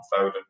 Foden